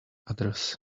others